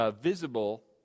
visible